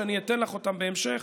שאני אתן לך אותן בהמשך.